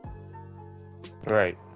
Right